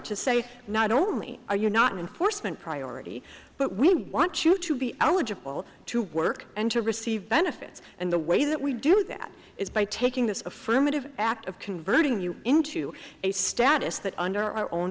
to say not only are you not an enforcement priority but we want you to be eligible to work and to receive benefits and the way that we do that is by taking this affirmative act of converting you into a status that under our own